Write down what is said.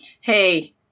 hey